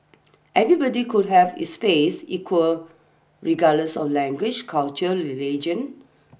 everybody could have is space equal regardless of language culture religion